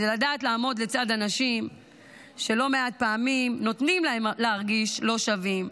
לדעת לעמוד לצד אנשים שלא מעט פעמים נותנים להם להרגיש לא שווים,